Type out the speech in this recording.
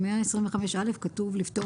ב-125(א) כתוב "לפטור